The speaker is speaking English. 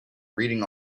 reading